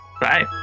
bye